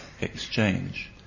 exchange